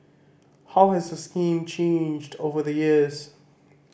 how has the scheme changed over the years